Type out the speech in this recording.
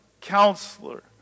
Counselor